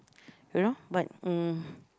you know but mm